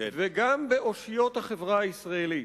וגם באושיות החברה הישראלית.